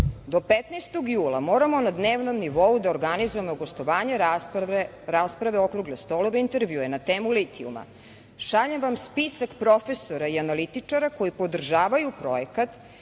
do 15. jula moramo na dnevnom nivou da organizujemo gostovanja, rasprave, okrugle stolove i intervjue na temu litijuma. Šaljem vam spisak profesora i analitičara koji podržavaju projekat